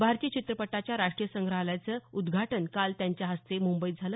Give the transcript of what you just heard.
भारतीय चित्रपटांच्या राष्ट्रीय संग्रहालयाचं उद्धघाटन काल त्यांच्या हस्ते मुंबईत झालं